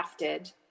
crafted